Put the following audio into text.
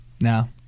no